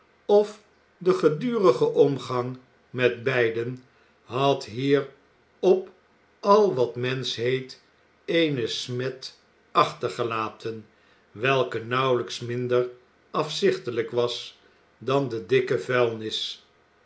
of de gedurige omgang met beiden had hier op al wat mensch heet eene smet achtergelaten welke nauwelijks minder afzichtelijk was dan de dikke vuilnis